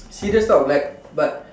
serious talk like but